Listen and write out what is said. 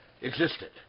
existed